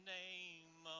name